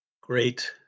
great